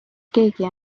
keegi